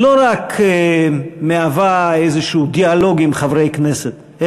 לא רק מהווה איזשהו דיאלוג עם חברי כנסת,